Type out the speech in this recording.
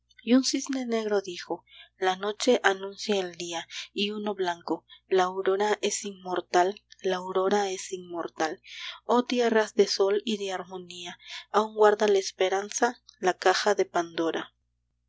y un cisne negro dijo la noche anuncia el día y uno blanco la aurora es inmortal la aurora es inmortal oh tierras de sol y de armonía aun guarda la esperanza la caja de pandora